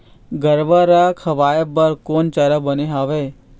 गरवा रा खवाए बर कोन चारा बने हावे?